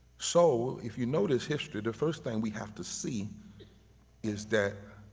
so, if you know this history, the first thing we have to see is that